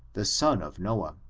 the son of noah.